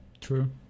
true